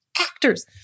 actors